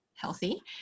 healthy